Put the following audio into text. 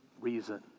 reason